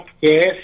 yes